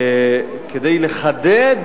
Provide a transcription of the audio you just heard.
כדי לחדד